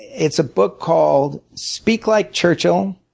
it's a book called speak like churchill,